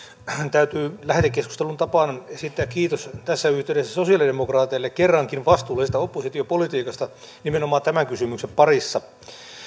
täytyy lähetekeskustelun tapaan esittää kiitos tässä yhteydessä sosialidemokraateille kerrankin vastuullisesta oppositiopolitiikasta nimenomaan tämän kysymyksen parissa